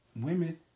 Women